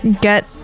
get